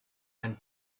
and